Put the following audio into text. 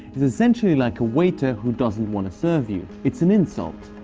is essentially like a waiter who doesn't want to serve you. it's an insult.